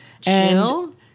chill